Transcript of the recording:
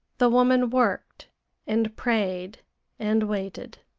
the woman worked and prayed and waited.